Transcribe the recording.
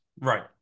right